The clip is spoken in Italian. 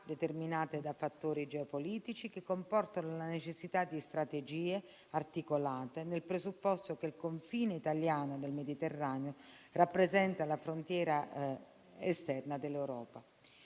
determinate da fattori geopolitici, che comportano la necessità di strategie articolate, nel presupposto che il confine italiano nel Mediterraneo rappresenta la frontiera esterna dell'Europa.